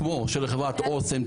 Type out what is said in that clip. כמו שלחברת אוסם,